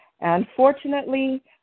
Unfortunately